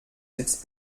sitzt